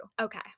okay